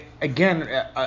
again